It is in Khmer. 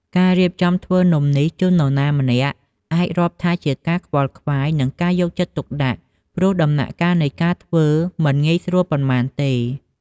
ការរៀបចំំធ្វើនំនេះជូននរណាម្នាក់អាចរាប់ថាជាការខ្វល់ខ្វាយ និងការយកចិត្តទុកដាក់ ព្រោះដំណាក់កាលនៃការធ្វើមិនងាយស្រួលប៉ុន្មានទេ។